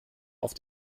auf